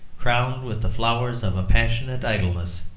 crowned with the flowers of a passionate idleness,